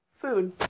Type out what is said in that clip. food